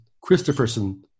Christopherson